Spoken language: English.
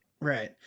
Right